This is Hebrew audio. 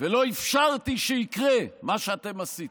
ולא אפשרתי שיקרה מה שאתם עשיתם.